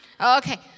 okay